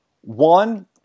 one